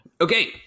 Okay